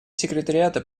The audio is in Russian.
секретариата